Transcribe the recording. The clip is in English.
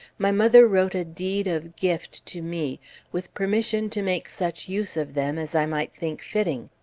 my mother wrote a deed of gift to me with permission to make such use of them as i might think fitting.